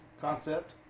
concept